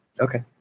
Okay